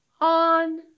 on